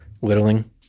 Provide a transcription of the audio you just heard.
whittling